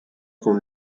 con